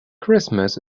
christmas